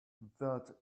that